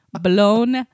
Blown